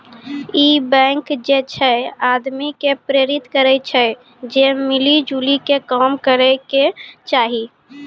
इ बैंक जे छे आदमी के प्रेरित करै छै जे मिली जुली के काम करै के चाहि